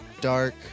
dark